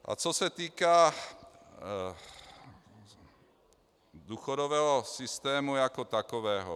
A co se týká důchodového systému jako takového.